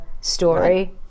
story